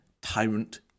Tyrant